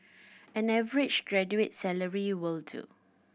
an average graduate's salary will do